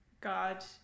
God